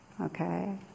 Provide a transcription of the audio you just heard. Okay